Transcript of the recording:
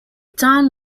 town